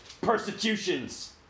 persecutions